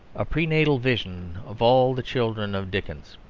a pre-natal vision of all the children of dickens.